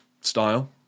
style